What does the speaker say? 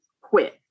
quit